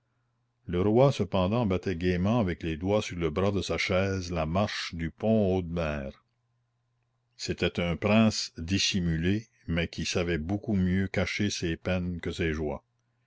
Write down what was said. le roi cependant battait gaiement avec les doigts sur le bras de sa chaise la marche de pont audemer c'était un prince dissimulé mais qui savait beaucoup mieux cacher ses peines que ses joies